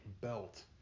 belt